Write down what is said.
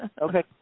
Okay